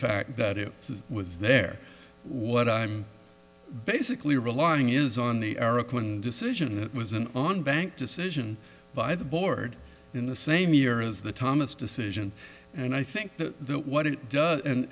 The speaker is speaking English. fact that it was there what i'm basically relying is on the decision it was an on bank decision by the board in the same year as the thomas decision and i think the that what it does and